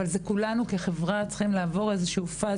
אבל כולנו כחברה צריכים לעבור פזה,